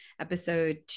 episode